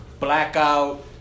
Blackout